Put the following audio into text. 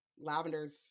Lavender's